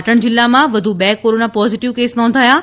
પાટણ જિલ્લામાં વધુ બે કોરોના પોઝિટિવ કેસ નોંધાયા છે